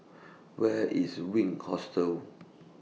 Where IS Wink Hostel